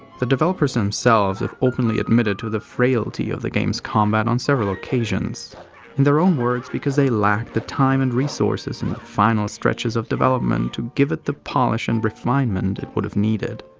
the developers themselves have openly admitted to the frailty of the game's combat on several occasions in their own words, because they lacked the time and resources in the final stretches of development to give it the polish and refinement it would have needed.